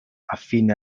affine